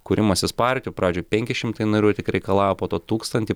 kūrimasis partijų pradžioj penki šimtai narių tik reikalavo po to tūkstantį